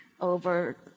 over